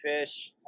fish